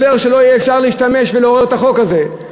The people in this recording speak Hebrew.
שלא יהיה אפשר להשתמש ולעורר את החוק הזה.